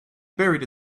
buried